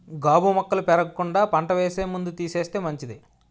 గాబు మొక్కలు పెరగకుండా పంట వేసే ముందు తీసేస్తే మంచిది